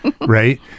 right